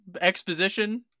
exposition